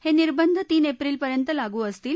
हे निर्बंध तीन एप्रिल पर्यंत लागू असतील